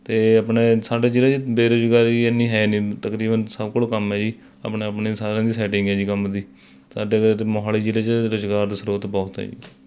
ਅਤੇ ਆਪਣੇ ਸਾਡੇ ਜ਼ਿਲ੍ਹੇ 'ਚ ਬੇਰੁਜ਼ਗਾਰੀ ਇੰਨੀ ਹੈ ਨਹੀਂ ਤਕਰੀਬਨ ਸਭ ਕੋਲ ਕੰਮ ਹੈ ਜੀ ਆਪਣੇ ਆਪਣੇ ਸਾਰਿਆਂ ਦੀ ਸੈਟਿੰਗ ਹੈ ਜੀ ਕੰਮ ਦੀ ਸਾਡੇ ਤਾਂ ਮੋਹਾਲੀ ਜ਼ਿਲ੍ਹੇ 'ਚ ਰੁਜ਼ਗਾਰ ਦੇ ਸਰੋਤ ਬਹੁਤ ਹੈ ਜੀ